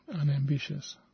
unambitious